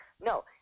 No